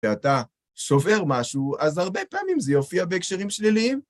ואתה סובר משהו, אז הרבה פעמים זה יופיע בהקשרים שליליים.